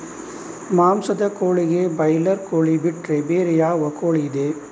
ಮಾಂಸದ ಕೋಳಿಗೆ ಬ್ರಾಲರ್ ಕೋಳಿ ಬಿಟ್ರೆ ಬೇರೆ ಯಾವ ಕೋಳಿಯಿದೆ?